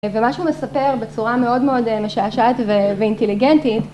ומה שהוא מספר בצורה מאוד משעשעת ואינטליגנטית